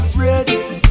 ready